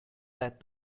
that